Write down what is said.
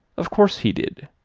of course he did.